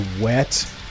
wet